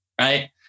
right